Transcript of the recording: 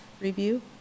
review